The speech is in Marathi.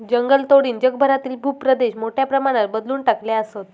जंगलतोडीनं जगभरातील भूप्रदेश मोठ्या प्रमाणात बदलवून टाकले आसत